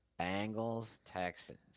Bengals-Texans